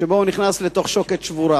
שבו הוא נכנס לתוך שוקת שבורה.